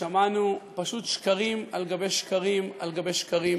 ושמענו פשוט שקרים על גבי שקרים על גבי שקרים